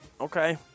okay